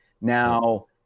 Now